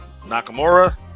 Nakamura